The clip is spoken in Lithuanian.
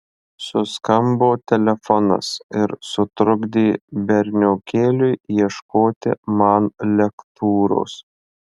suskambo telefonas ir sutrukdė berniokėliui ieškoti man lektūros